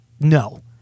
No